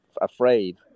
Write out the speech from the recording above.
afraid